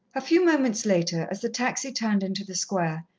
a few minutes later, as the taxi turned into the square,